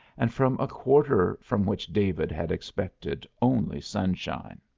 and from a quarter from which david had expected only sunshine.